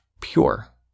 pure